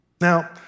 Now